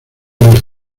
los